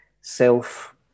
self